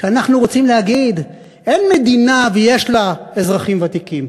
שאנחנו רוצים להגיד: אין מדינה ויש לה אזרחים ותיקים,